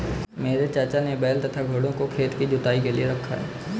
मेरे चाचा ने बैल तथा घोड़ों को खेत की जुताई के लिए रखा है